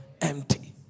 Empty